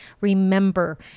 Remember